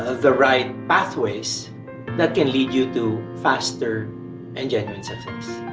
ah the right pathways that can lead you to faster and genuine success.